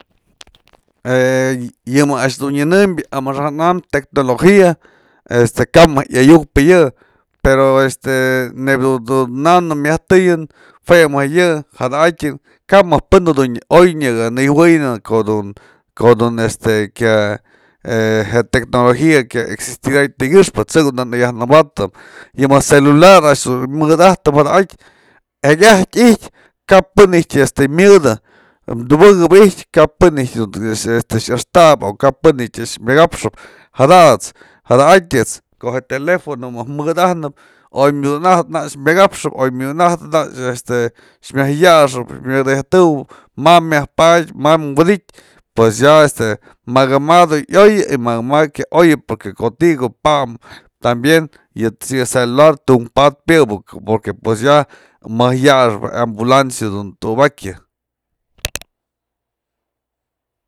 Ee yë mëjk a'ax dun nyënëmbyë amaxa'an am tecnologia, este kap mëjk yayukpë yë pero este neybë dun namnë myaj tëyën jue mëjk yë jada'atyën kap mëjk pën dun oy nyakanëjuëyënën ko'o dun, ko'o dun este kya, je tecnologia kya existiratë ti'i kyëxpë t'sëk uknë yaj mabatëm, yë mëjk celular a'ax mëdatëm jada'atyë jekyatyë i'ijtyë kap pën este myëdë, dubëkëp ijtyë kap pën ijtyë yëxtap, kap pën ijtyë myëkapxëp jadat's jada'atyët's ko'o je telefono mëjk mëdajnëp oy mudunajtë nak myëkapxëp, oy mudunajtë nak este myaj yaxëp, myëyajtëwëp ma myajpadyë, mam wi'dityë pues ya este makama du yoyë y makama kyaoyë porque ko'o ti'i du pa'am tambien yë celular tunkë padpë yëbë porque ya mëjyaxëp ambulancia dun tu'ubakyë.